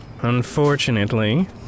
Unfortunately